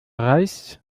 reis